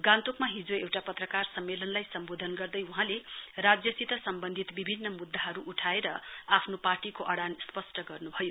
गान्तोकमा हिजो एउटा पत्रकार सम्मेलनलाई सम्वोधन गर्दै वहाँले राज्यसित सम्वन्धित विभिन्न मुद्दाहरु उठाएर आफ्नो पार्टीको अड़ान स्पष्ट गर्नुभयो